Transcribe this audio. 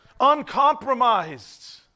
Uncompromised